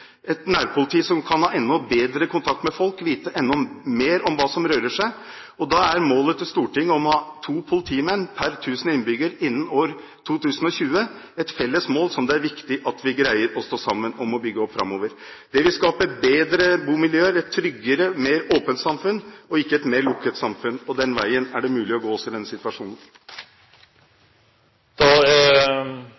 et nærpoliti som kan ha enda bedre kontakt med folk, vite enda mer om hva som rører seg. Målet til Stortinget om å ha to politimenn per 1 000 innbyggere innen år 2020 er et felles mål som det er viktig at vi greier å stå sammen om og bygge opp om framover. Det vil skape bedre bomiljøer, et tryggere og mer åpent samfunn og ikke et mer lukket samfunn. Den veien er det mulig å gå også i denne situasjonen.